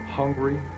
hungry